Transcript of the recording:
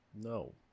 No